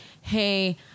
hey